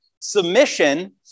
submission